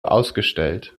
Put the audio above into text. ausgestellt